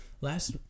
last